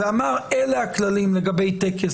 ואמר: אלה הכללים לגבי טקס,